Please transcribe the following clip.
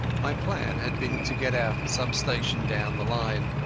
my plan had been to get out at some station down the line,